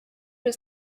was